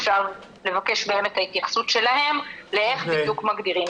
אפשר לבקש מהם את ההתייחסות שלהם לאיך בדיוק מגדירים.